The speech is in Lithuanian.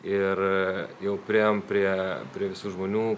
ir jau priėjom prie prie visų žmonių